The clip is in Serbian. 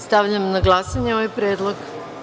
Stavljam na glasanje ovaj predlog.